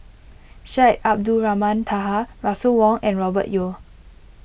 Syed Abdulrahman Taha Russel Wong and Robert Yeo